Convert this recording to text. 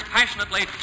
Passionately